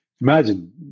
imagine